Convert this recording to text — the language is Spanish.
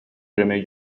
premio